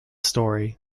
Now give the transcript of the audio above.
story